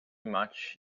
much